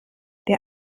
der